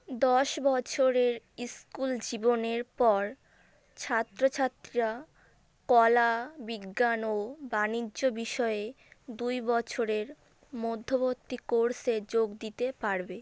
দশ বছরের স্কুল জীবনের পর ছাত্রছাত্রীরা কলা বিজ্ঞান ও বাণিজ্য বিষয়ে দুই বছরের মধ্যবর্তী কোর্সে যোগ দিতে পারবে